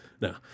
no